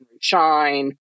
Shine